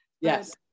Yes